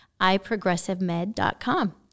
iprogressivemed.com